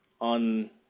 on